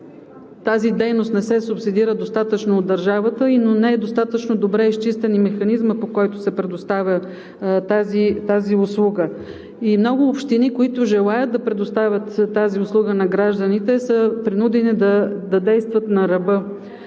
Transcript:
тази дейност не се субсидира достатъчно от държавата, но не е и достатъчно добре изчистен механизмът, по който се предоставя тази услуга, и много общини, които желаят да предоставят тази услуга на гражданите, са принудени да действат на ръба.